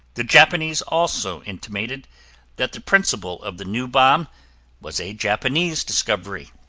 the japanese also intimated that the principle of the new bomb was a japanese discovery.